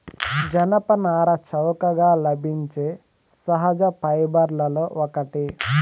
జనపనార చౌకగా లభించే సహజ ఫైబర్లలో ఒకటి